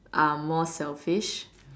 are more selfish